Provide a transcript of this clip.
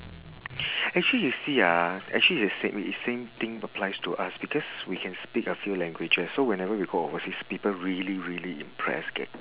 actually you see ah actually it's same is same thing applies to us because we can speak a few languages so whenever we go overseas people really really impressed